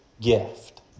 gift